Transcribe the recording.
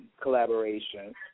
collaboration